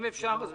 אפשר תוסיף.